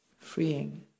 freeing